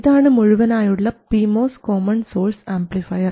ഇതാണ് മുഴുവനായുള്ള P MOS common source amplifier